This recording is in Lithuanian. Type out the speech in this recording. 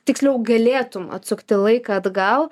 tiksliau galėtum atsukti laiką atgal